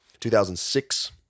2006